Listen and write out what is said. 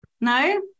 No